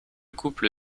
couple